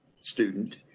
student